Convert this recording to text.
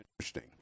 interesting